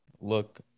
look